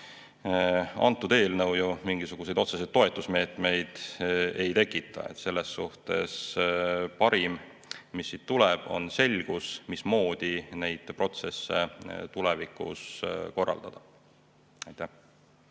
Antud eelnõu ju mingisuguseid otseseid toetusmeetmeid ei tekita. Selles suhtes parim, mis siit tuleb, on selgus, mismoodi neid protsesse tulevikus korraldada. Peeter